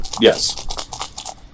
Yes